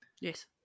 Yes